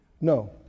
No